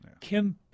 Kim